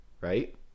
right